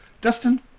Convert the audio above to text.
Dustin